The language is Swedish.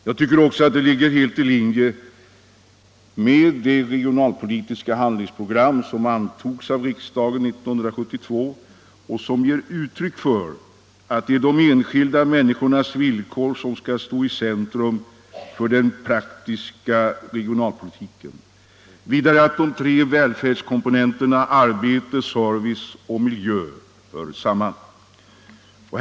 Jag tycker också att detta ligger helt i linje med det regionalpolitiska handlingsprogram som antogs av riksdagen 1972 och som ger uttryck för att de enskilda människornas villkor skall stå i centrum för den praktiska regionalpolitiken och att de tre välfärdskomponenterna arbete, service och miljö hör samman.